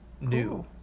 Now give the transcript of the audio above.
New